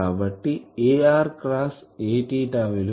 కాబట్టి ar cross a విలువ మనకు aవిలువని ఇస్తుంది